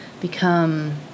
become